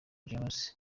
james